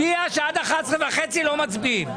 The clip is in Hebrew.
שעד 11 וחצי לא מצביעים.